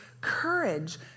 courage